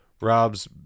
Rob's